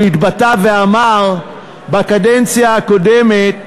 הוא התבטא ואמר בקדנציה הקודמת: